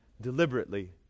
deliberately